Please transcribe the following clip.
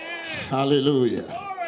Hallelujah